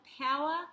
power